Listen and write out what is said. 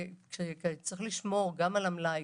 צריך לשמור גם על המלאי,